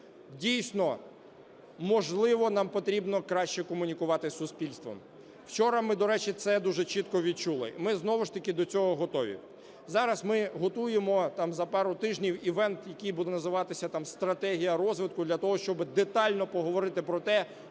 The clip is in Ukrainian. Дійсно, можливо, нам потрібно краще комунікувати суспільством. Вчора ми, до речі, це дуже чітко відчули. І ми знову ж таки до цього готові. Зараз ми готуємо, за пару тижнів, івент, який буде називатися "Стратегія розвитку", для того, щоби детально поговорити про те,